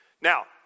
now